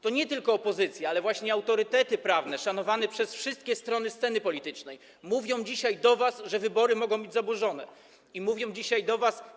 To nie tylko opozycja, ale właśnie autorytety prawne, szanowane przez wszystkie strony sceny politycznej mówią dzisiaj do was, że wybory mogą być zaburzone, i mówią dzisiaj do was: